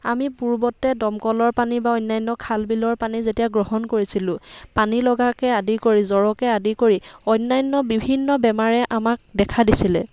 আমি পূৰ্বতে দমকলৰ পানী বা অন্যান্য খাল বিলৰ পানী যেতিয়া গ্ৰহণ কৰিছিলোঁ পানী লগাকে আদি কৰি জ্বৰকে আদি কৰি অন্যান্য বিভিন্ন বেমাৰে আমাক দেখা দিছিলে